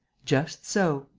just so.